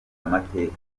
amateka